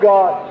God